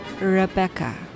Rebecca